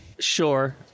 sure